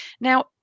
Now